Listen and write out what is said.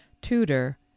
tutor